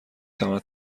تواند